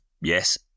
yes